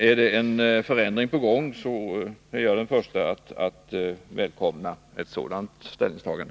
Om en förändring är på gång, är jag den förste att välkomna ett sådant ställningstagande.